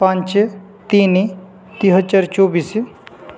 ପାଞ୍ଚ ତିନି ଦୁଇ ହଜାର ଚବିଶ